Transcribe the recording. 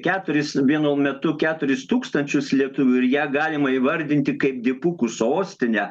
keturis vienu metu keturis tūkstančius lietuvių ir ją galima įvardinti kaip dipukų sostinę